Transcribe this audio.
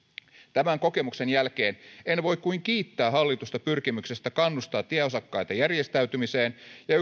tämän kokemuksen jälkeen en voi kuin kiittää hallitusta pyrkimyksestä kannustaa tieosakkaita järjestäytymiseen ja